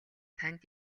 танд